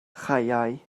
chaeau